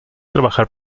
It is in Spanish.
trabajar